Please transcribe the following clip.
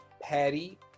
patty